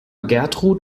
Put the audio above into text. gertrud